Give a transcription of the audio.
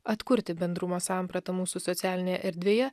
atkurti bendrumo sampratą mūsų socialinėje erdvėje